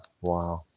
Wow